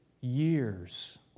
years